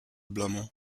blamont